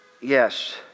Yes